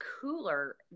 cooler